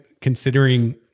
considering